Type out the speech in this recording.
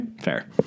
fair